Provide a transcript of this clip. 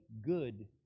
good